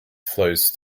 flows